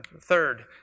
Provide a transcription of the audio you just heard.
Third